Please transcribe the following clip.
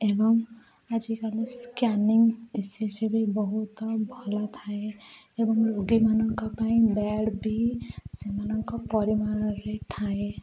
ଏବଂ ଆଜିକାଲି ସ୍କାନିଂ ଏସ୍ ଏସ୍ ବି ବହୁତ ଭଲଥାଏ ଏବଂ ରୋଗୀମାନଙ୍କ ପାଇଁ ବେଡ଼ ବି ସେମାନଙ୍କ ପରିମାଣରେ ଥାଏ